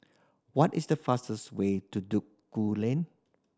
what is the fastest way to Duku Lane